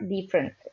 different